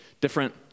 different